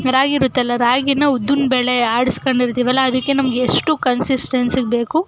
ರಾಗಿ ಇರುತ್ತಲ್ಲ ರಾಗಿನ ಉದ್ದಿನ ಬೇಳೆ ಆಡಿಸ್ಕೊಂಡಿರ್ತೀವಲ್ಲ ಅದಕ್ಕೆ ನಮಗೆಷ್ಟು ಕನ್ಸಿಸ್ಟೆನ್ಸಿ ಬೇಕು